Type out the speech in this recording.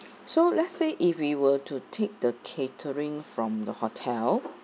so let's say if we were to take the catering from the hotel